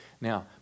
Now